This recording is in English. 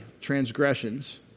transgressions